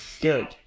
Good